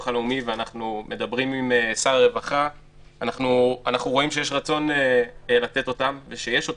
הלאומי ועם שר הרווחה אנחנו רואים שיש רצון לתת אותם ושיש אותם,